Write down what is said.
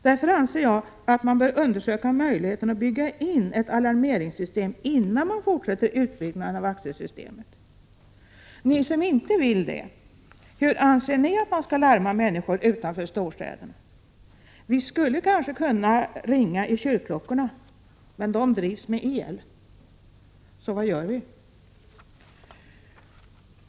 Därför anser jag att man bör undersöka möjligheten att bygga in ett alarmeringssystem innan man fortsätter utbyggnaden av AXE-systemet. Till er som inte vill detta vill jag ställa frågan: Hur anser ni att man skall larma människor utanför storstäderna? Vi skulle kanske kunna ringa i kyrkklockorna, men de drivs med el. Så vad gör vi?